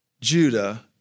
Judah